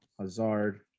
Hazard